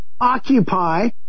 Occupy